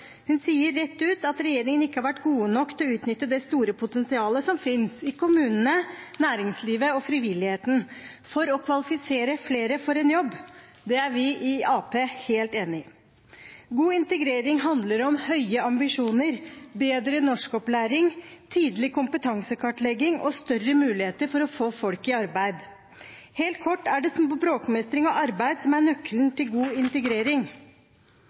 Hun sier rett ut at regjeringen ikke har vært gode nok til å utnytte det store potensialet som finnes i kommunene, næringslivet og frivilligheten, for å kvalifisere flere for en jobb. Det er vi i Arbeiderpartiet helt enig i. God integrering handler om høye ambisjoner, bedre norskopplæring, tidlig kompetansekartlegging og større muligheter for å få folk i arbeid. Helt kort er det språkmestring og arbeid som er nøkkelen til god integrering.